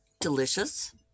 delicious